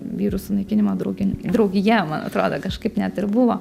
vyrų sunaikinimo drauge draugija atrodo kažkaip net ir buvo